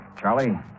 Charlie